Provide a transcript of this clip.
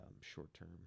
short-term